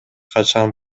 качан